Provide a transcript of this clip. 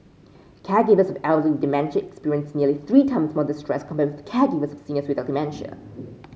caregivers elderly dementia experienced nearly three times more distress compared with caregivers of seniors without dementia